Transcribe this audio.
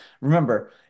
Remember